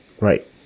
Right